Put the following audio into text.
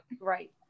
right